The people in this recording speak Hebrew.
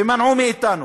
ומנעו מאתנו